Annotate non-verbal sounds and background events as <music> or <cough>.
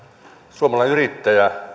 suomalainen yrittäjä <unintelligible>